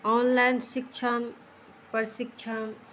online शिक्षण प्रशिक्षण